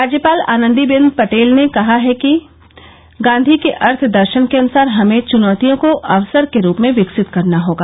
राज्यपाल श्रीमती आनंदी बेन पटेल ने कहा है कि गांधी के अर्थ दर्शन के अनुसार हमे चुनौतियों को अवसर के रूप में विकसित करना होगा